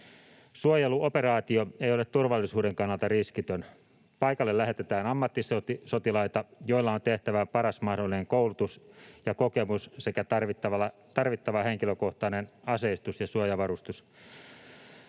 Suojeluoperaatio ei ole turvallisuuden kannalta riskitön. Paikalle lähetetään ammattisotilaita, joilla on tehtävään paras mahdollinen koulutus ja kokemus sekä tarvittava henkilökohtainen aseistus ja suojavarustus.